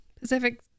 Pacific